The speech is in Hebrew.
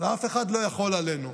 ואף אחד לא יכול עלינו.